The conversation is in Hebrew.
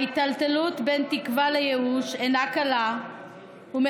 ההיטלטלות בין תקווה לייאוש אינה קלה ומחייבת